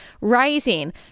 rising